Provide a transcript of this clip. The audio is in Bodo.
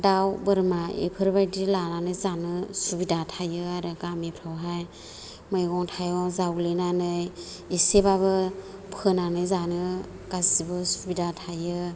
दाउ बोरमा बेफोरबादि लानानै जानो सुबिदा थायो आरो गामिफोरावहाय मैगं थाइगं जावलेनानै इसेबाबो फोनानै जानो गासैबो सुबिदा थायो